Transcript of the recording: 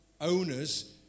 owners